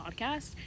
podcast